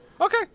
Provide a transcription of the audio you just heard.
Okay